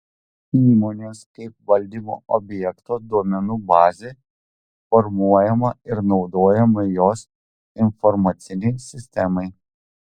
įmonės kaip valdymo objekto duomenų bazė formuojama ir naudojama jos informacinei sistemai